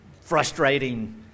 frustrating